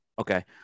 Okay